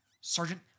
Sergeant